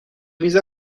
میز